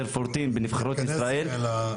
14 בנבחרות ישראל --- תגיע בבקשה לסיכום,